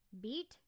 beat